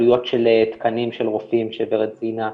עלויות של תקנים של רופאים שוורד ציינה,